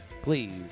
Please